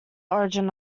origin